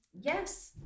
Yes